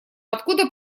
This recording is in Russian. откуда